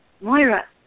Moira